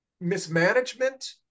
mismanagement